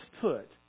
put